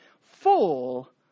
full